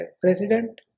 president